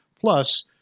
Plus